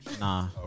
Nah